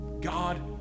God